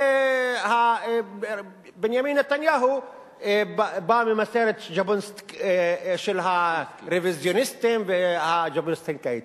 ובנימין נתניהו בא ממסורת של הרוויזיוניסטים והז'בוטינסקאים.